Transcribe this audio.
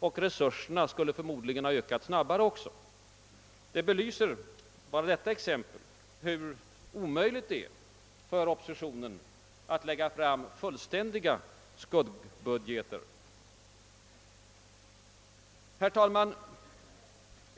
och resurserna skulle förmodligen också ha ökat snabbare. Bara detta exempel belyser hur omöjligt det är för oppositionen att lägga fram fullständiga skuggbudgeter. Herr talman!